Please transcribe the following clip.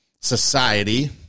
society